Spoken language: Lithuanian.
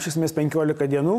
iš esmės penkiolika dienų